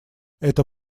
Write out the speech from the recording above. это